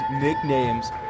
nicknames